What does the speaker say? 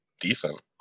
decent